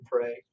pray